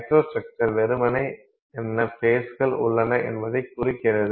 microstructure வெறுமனே என்ன ஃபேஸ்கள் உள்ளன என்பதைக் குறிக்கிறது